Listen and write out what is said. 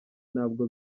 ntabwo